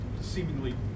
seemingly